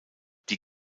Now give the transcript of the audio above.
die